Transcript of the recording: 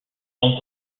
sont